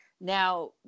Now